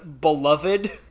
beloved